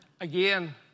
again